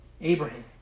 Abraham